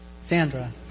Sandra